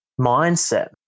mindset